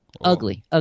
Ugly